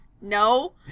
No